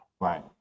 Right